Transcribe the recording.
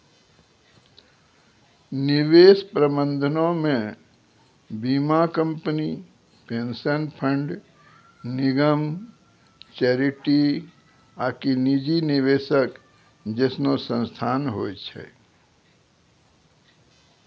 निवेश प्रबंधनो मे बीमा कंपनी, पेंशन फंड, निगम, चैरिटी आकि निजी निवेशक जैसनो संस्थान होय छै